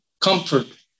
comfort